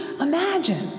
imagine